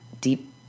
deep